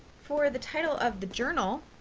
for the title of the journal,